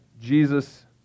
Jesus